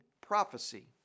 prophecy